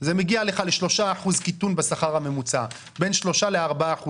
זה מגיע לך ל-3% קיטון בשכר הממוצע, בין 3% ל-4%.